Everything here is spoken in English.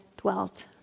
dwelt